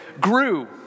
grew